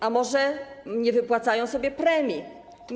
A może nie wypłacają sobie premii?